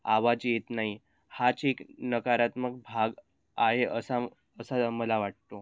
आवाज येत नाही हाच एक नकारात्मक भाग आहे असा असं मला वाटते